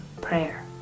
prayer